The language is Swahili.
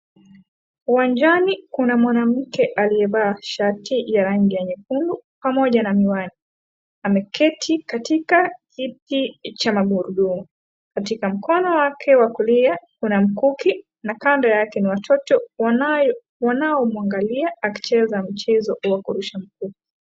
Uwanjani kuna mwanamke aliyevaa shati ya rangi ya nyekundu, pamoja na miwani. Ameketi katika kiti cha magurudumu. Katika mkono wake wa kulia, kuna mkuki na kando yake ni watoto wanaomuangalia akicheza mchezo wa kurusha mkuki.